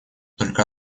только